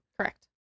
Correct